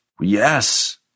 Yes